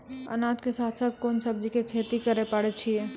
अनाज के साथ साथ कोंन सब्जी के खेती करे पारे छियै?